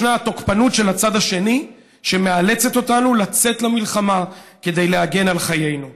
יש התוקפנות של הצד השני שמאלצת אותנו לצאת למלחמה כדי להגן על חיינו.